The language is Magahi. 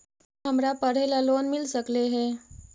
का हमरा पढ़े ल लोन मिल सकले हे?